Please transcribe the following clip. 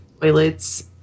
toilets